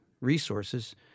resources